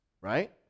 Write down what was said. right